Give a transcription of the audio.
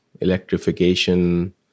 electrification